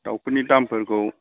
दावफोरनि दामफोरखौ